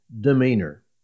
demeanor